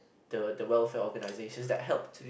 the the welfare organizations that help to